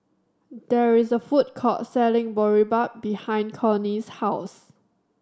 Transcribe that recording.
there is a food court selling Boribap behind Connie's house